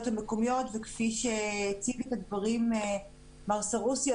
המקומיות וכפי שהציג את הדברים מר סרוסי,